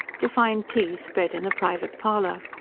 to find tea spread in the private parlour.